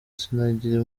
sinagira